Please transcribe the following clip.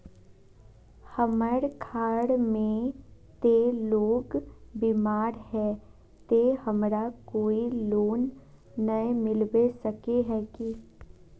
हमर घर में ते लोग बीमार है ते हमरा कोई लोन नय मिलबे सके है की?